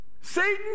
Satan